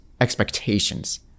expectations